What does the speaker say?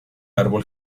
árbol